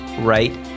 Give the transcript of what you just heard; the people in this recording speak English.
right